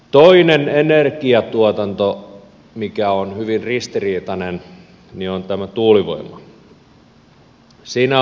toinen energiamuoto mikä on hyvin ristiriitainen on tämä tuulivoima